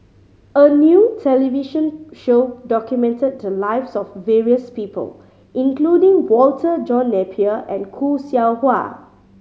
a new television show documented the lives of various people including Walter John Napier and Khoo Seow Hwa